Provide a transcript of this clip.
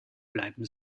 bleiben